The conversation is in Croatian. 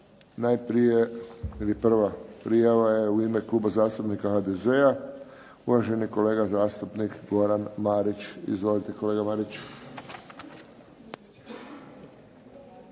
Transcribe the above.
po klubovima. Prva prijava je u ime Kluba zastupnika HDZ-a uvaženi kolega zastupnik Goran Marić. Izvolite kolega Marić.